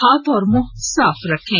हाथ और मुंह साफ रखें